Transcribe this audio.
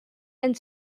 and